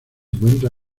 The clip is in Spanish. encuentra